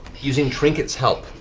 using trinket's help,